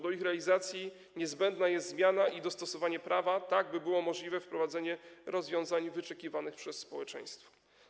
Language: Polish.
Do realizacji tego niezbędne są zmiana i dostosowanie prawa, tak by było możliwe wprowadzenie rozwiązań wyczekiwanych przez społeczeństwo.